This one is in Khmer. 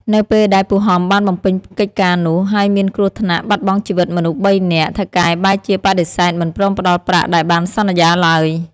នៅពេលដែលពូហំបានបំពេញកិច្ចការនោះ ហើយមានគ្រោះថ្នាក់បាត់បង់ជីវិតមនុស្សបីនាក់ ថៅកែបែរជាបដិសេធមិនព្រមផ្តល់ប្រាក់ដែលបានសន្យាឡើយ។